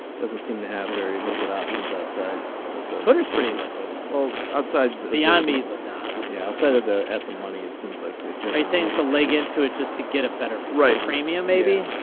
doesn't seem to have very liquid options outside of the voters pretty liquid well outside the beyond um meat was not yeah outside of the at the money it seems likely facing into leg into it just to get a better. right premium maybe.